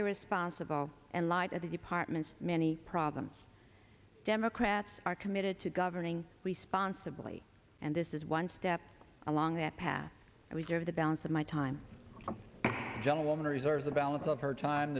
irresponsible and light at the department's many problems democrats are committed to governing responsibility and this is one step along that path and we give the balance of my time gentleman reserves the balance of her time